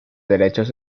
derechos